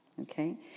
Okay